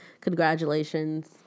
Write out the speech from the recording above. Congratulations